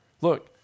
Look